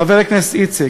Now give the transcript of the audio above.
חבר הכנסת איציק,